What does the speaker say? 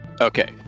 Okay